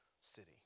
city